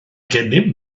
gennym